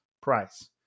price